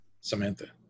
Samantha